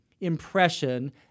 impression